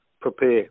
prepare